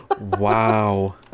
wow